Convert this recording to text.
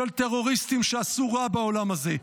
של טרוריסטים שעשו רע בעולם הזה,